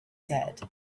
said